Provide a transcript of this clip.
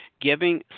giving